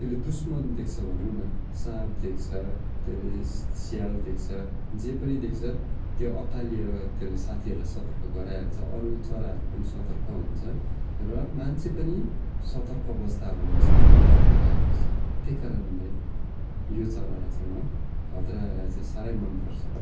त्यसले दुस्मन देख्छ भनौँ न साँप देख्छ त्यसले स्याल देख्छ जे पनि देख्छ त्यो अतालिएर त्यसले साथीहरूलाई सतर्क गराइहाल्छ अरू चराहरू पनि सतर्क हुन्छ र मान्छे पनि सतर्क बस्दा हुन्छ यदि त्यो कराए पछि त्यही कारणले यो चरालाई चाहिँ म भद्रायोलाई चाहिँ साह्रै मन पर्छ